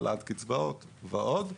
העלאת קצבאות ועוד.